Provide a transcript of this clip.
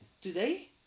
today